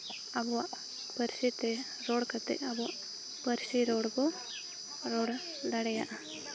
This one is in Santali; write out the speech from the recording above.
ᱟᱵᱚᱣᱟᱜ ᱯᱟᱹᱨᱥᱤ ᱛᱮ ᱨᱚᱲ ᱠᱟᱛᱮ ᱟᱵᱚ ᱯᱟᱹᱨᱥᱤ ᱨᱚᱲ ᱵᱚ ᱨᱚᱲ ᱫᱟᱲᱮᱭᱟᱜᱼᱟ